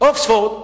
אוקספורד,